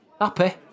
Happy